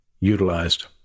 utilized